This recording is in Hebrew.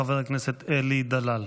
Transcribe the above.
חבר הכנסת אלי דלל.